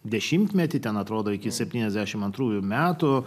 dešimtmetyje ten atrodo iki sepyniasdešim antrųjų metų